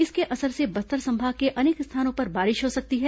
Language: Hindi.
इसके असर से बस्तर संभाग के अनेक स्थानों पर बारिश हो सकती है